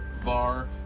Var